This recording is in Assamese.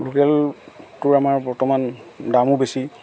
লোকেলটোৰ আমাৰ বৰ্তমান দামো বেছি